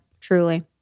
truly